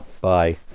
Bye